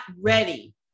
ready